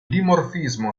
dimorfismo